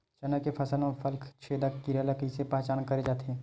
चना के फसल म फल छेदक कीरा ल कइसे पहचान करे जाथे?